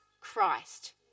Christ